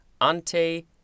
ante